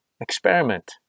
Experiment